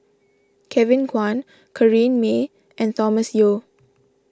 Kevin Kwan Corrinne May and Thomas Yeo